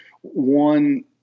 one